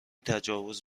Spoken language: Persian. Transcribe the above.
تجاوز